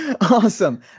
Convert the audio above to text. Awesome